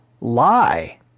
lie